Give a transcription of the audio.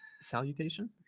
Salutation